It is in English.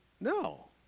No